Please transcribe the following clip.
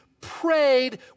prayed